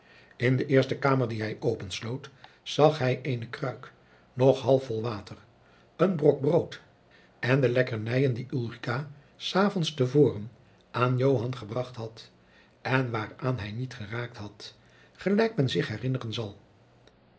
in de eerste kamer die hij opensloot zag hij eene kruik nog half vol water een brok brood en de lekkernijen die ulrica s avonds te voren aan joan gebracht had en waaraan hij niet geraakt had gelijk men zich herinneren zal